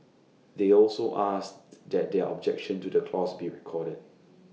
they also asked that their objection to the clause be recorded